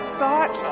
thought